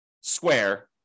square